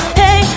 hey